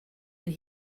and